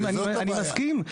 אני מסכים.